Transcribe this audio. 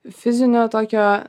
fizinio tokio